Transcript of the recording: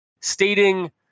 Stating